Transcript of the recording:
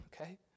okay